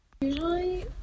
Usually